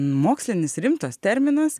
mokslinis rimtas terminas